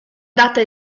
data